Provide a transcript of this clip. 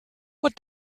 what